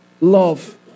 love